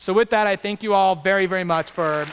so with that i thank you all very very much for